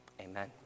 Amen